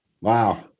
Wow